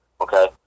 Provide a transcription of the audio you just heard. okay